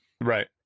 Right